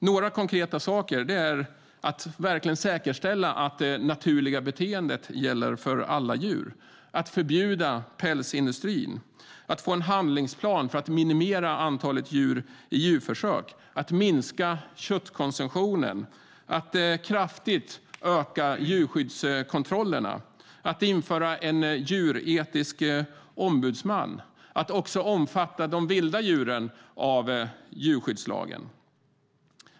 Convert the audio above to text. Några konkreta saker är att verkligen säkerställa att det naturliga beteendet gäller för alla djur, att förbjuda pälsindustrin, att få en handlingsplan för att minimera antalet djur i djurförsök, att minska köttkonsumtionen, att kraftigt öka djurskyddskontrollerna, att införa en djuretisk ombudsman och att se till att även de vilda djuren omfattas av djurskyddslagen.